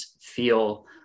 feel